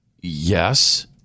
Yes